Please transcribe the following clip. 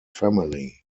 family